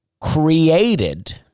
created